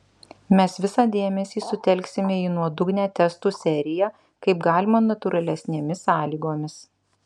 mes visą dėmesį sutelksime į nuodugnią testų seriją kaip galima natūralesnėmis sąlygomis